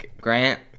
Grant